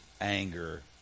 anger